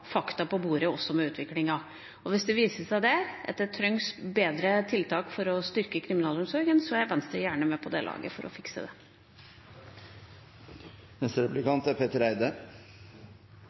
fakta på bordet også om utviklingen. Hvis det viser seg der at det trengs bedre tiltak for å styrke kriminalomsorgen, er Venstre gjerne med på det laget for å fikse det.